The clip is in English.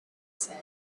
said